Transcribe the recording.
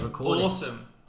Awesome